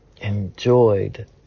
Enjoyed